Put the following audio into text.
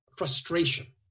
Frustration